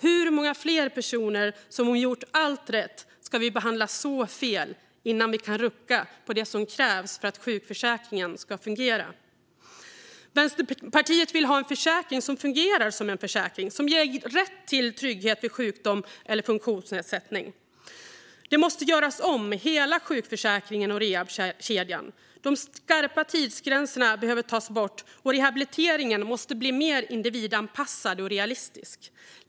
Hur många fler personer som har gjort allt rätt ska vi behandla så fel innan vi kan rucka på det som krävs för att sjukförsäkringen ska fungera? Vänsterpartiet vill ha en försäkring som fungerar som en försäkring och som ger rätt till trygghet vid sjukdom eller funktionsnedsättning. Hela sjukförsäkringen och rehabkedjan måste göras om. De skarpa tidsgränserna behöver tas bort, och rehabiliteringen måste bli mer individanpassad och realistisk.